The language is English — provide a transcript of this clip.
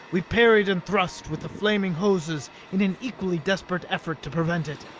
we parried and thrust with the flaming hoses in an equally desperate effort to prevent it.